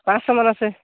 পাঁচশমান আছে